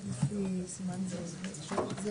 השני זה לא מסמך לדעתי.